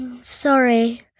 Sorry